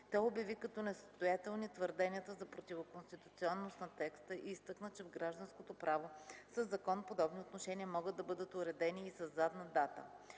Той обяви като несъстоятелни твърденията за противоконституционност на текста и изтъкна, че в гражданското право със закон подобни отношения могат да бъдат уредени и със задна дата.